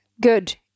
good